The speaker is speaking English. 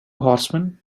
horsemen